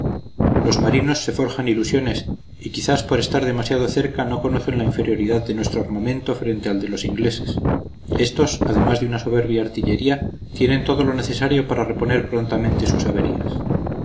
los marinos se forjan ilusiones y quizás por estar demasiado cerca no conocen la inferioridad de nuestro armamento frente al de los ingleses estos además de una soberbia artillería tienen todo lo necesario para reponer prontamente sus averías